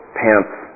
pants